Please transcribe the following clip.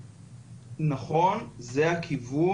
נכון, זה הכיוון.